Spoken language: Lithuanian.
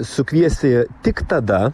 sukviesti tik tada